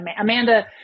Amanda